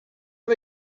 are